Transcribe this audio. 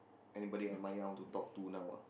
anybody I admire I want to talk to now ah